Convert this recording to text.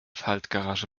faltgarage